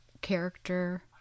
character